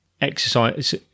exercise